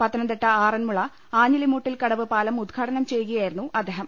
പത്തനംതിട്ട ആറന്മുള ആഞ്ഞി ലിമൂട്ടിൽകടവ് പാലം ഉദ്ഘാടനം ചെയ്യുകയായിരുന്നു അദ്ദേഹം